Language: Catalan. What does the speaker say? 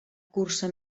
cursa